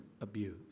abuse